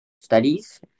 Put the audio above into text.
studies